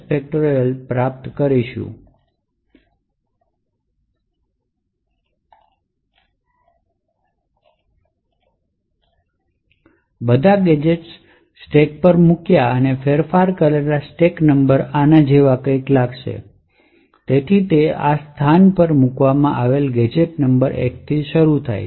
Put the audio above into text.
પૂર્ણ અથવા પ્રાપ્ત કરી શકશું બધા ગેજેટ્સ મૂકેલા અને ફેરફાર કરેલા સ્ટેક આના જેવા લાગે છે તેથી તે આ સ્થાન પર મૂકવામાં આવેલા ગેજેટ નંબર 1 થી શરૂ થાય છે